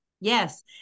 Yes